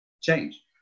change